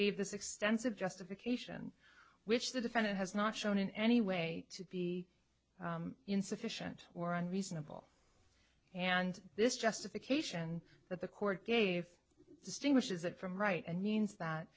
gave this extensive justification which the defendant has not shown in any way to be insufficient or on reasonable and this justification that the court gave distinguishes it from right and